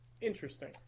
Interesting